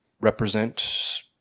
represent